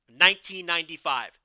1995